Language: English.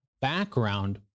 background